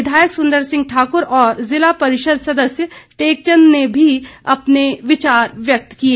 विधायक सुंदर सिंह ठाकुर और ज़िला परिषद सदस्य टेकचंद ने भी अपने विचार व्यक्त किए